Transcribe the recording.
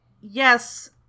yes